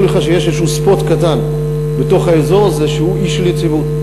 לך שיש איזה ספוט קטן בתוך האזור הזה שהוא אי של יציבות,